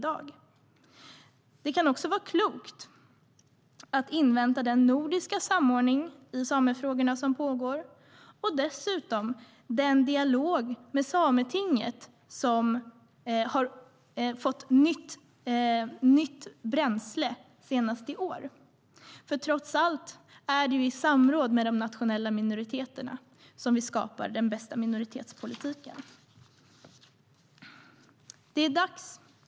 Det kan också vara klokt att invänta den nordiska samordning i samefrågorna som pågår och den dialog med Sametinget som har fått nytt bränsle, senast i år. Trots allt är det i samråd med de nationella minoriteterna som vi skapar den bästa minoritetspolitiken. Herr talman!